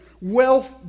Wealth